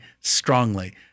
strongly